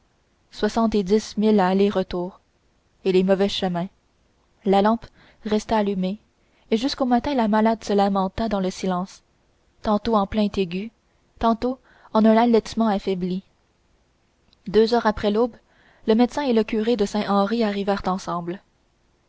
et retour et les mauvais chemins la lampe resta allumée et jusqu'au matin la malade se lamenta dans le silence tantôt en plaintes aiguës tantôt en un halètement affaibli deux heures après l'aube le médecin et le curé de saint henri arrivèrent ensemble